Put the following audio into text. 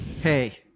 Hey